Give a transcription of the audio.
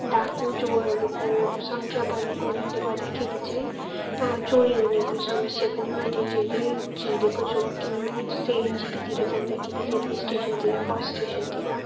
डाकु चोरहरूको सङ्ख्या बढेको हुनाले गर्दाखेरि चाहिँ चोरी हुनेको समस्या पनि मैले झेले झेलेको छु किनभने जस्तै एनजेपीतिर जाँदाखेरि रेलवे स्टेसनतिर बस स्टेसनतिर